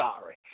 sorry